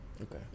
okay